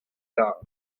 tard